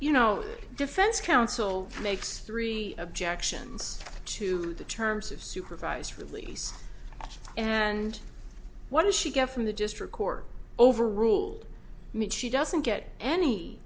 you know defense counsel makes three objections to the terms of supervised release and what does she get from the just record over rule means she doesn't get any